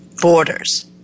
borders